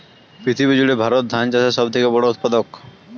পৃথিবী জুড়ে ভারত ধান চাষের সব থেকে বড় উৎপাদক